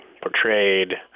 portrayed